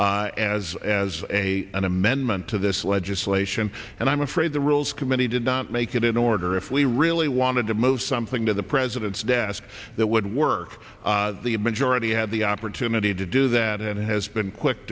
version as as a an amendment to this legislation and i'm afraid the rules committee did not make it in order if we really wanted to move something to the president's desk that would work the majority had the opportunity to do that and has been quick